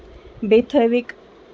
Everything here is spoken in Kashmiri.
بیٚیہِ تھٲوِکھ